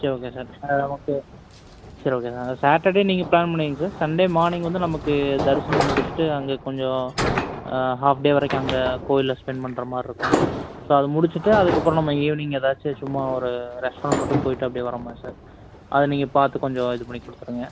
சரி okay sir நமக்கு சரி ஓகே சார் சாட்டர்டே நீங்கள் ப்ளான் பண்ணிக்கங்க சார் சண்டே மார்னிங் வந்து நமக்கு தரிசனம் முடிச்சுட்டு அங்கே கொஞ்சம் ஹாஃப் டே வரைக்கும் அங்கே கோயிலில் ஸ்பெண்ட் பண்ணுற மாதிரி இருக்கும் ஸோ அது முடிச்சுட்டு அதுக்கப்புறம் நம்ம ஈவினிங் ஏதாச்சும் சும்மா ஒரு ரெஸ்ட்டாரெண்ட் மட்டும் போயிட்டு அப்டி வரமாதிரி சார் அதை நீங்கள் பார்த்து கொஞ்சம் இது பண்ணி கொடுத்துருங்க